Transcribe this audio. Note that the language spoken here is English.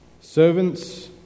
Servants